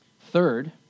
Third